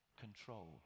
control